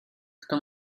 kto